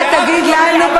אתה תגיד לנו,